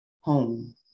home